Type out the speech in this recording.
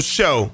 Show